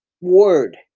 word